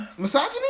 Misogyny